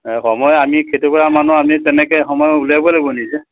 সময় আমি খেতি কৰা মানুহ আমি তেনেকৈ সময় উলিয়াব লাগিব নিজে